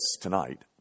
tonight